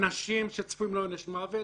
אדם שצפוי לעונש מוות,